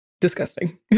disgusting